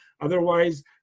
otherwise